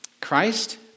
Christ